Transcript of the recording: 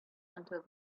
until